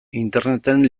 interneten